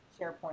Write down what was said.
SharePoint